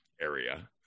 area